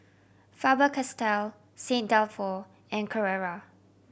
Faber Castell Saint Dalfour and Carrera